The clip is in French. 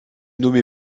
nommé